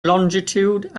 longitude